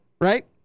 right